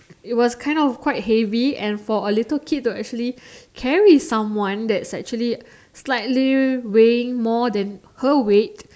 it was kind of quite heavy and for a little kid to actually carry someone that's actually slightly weighing more than her weight